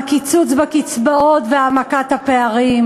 הקיצוץ בקצבאות והעמקת הפערים,